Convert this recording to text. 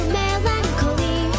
melancholy